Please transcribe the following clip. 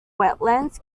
wetlands